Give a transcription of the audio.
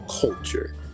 culture